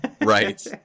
Right